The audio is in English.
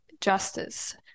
justice